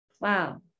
Wow